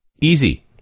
Easy